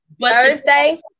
Thursday